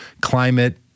climate